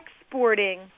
exporting